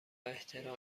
احترام